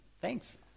Thanks